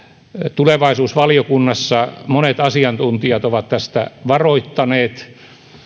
tulevaisuusvaliokunnassa monet asiantuntijat ovat tästä varoittaneet